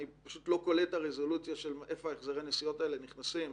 את הרזולוציה של איפה החזרי הנסיעות האלה נכנסים.